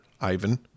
Ivan